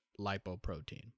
lipoprotein